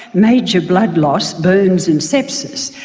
major blood loss, burns and sepsis,